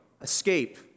escape